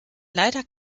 leider